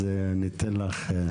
אז ניתן לך לדבר,